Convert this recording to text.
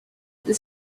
this